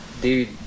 dude